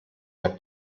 der